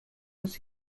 was